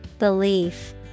Belief